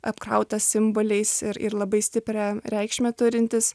apkrautas simboliais ir ir labai stiprią reikšmę turintis